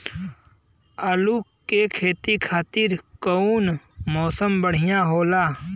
आलू के खेती खातिर कउन मौसम बढ़ियां होला?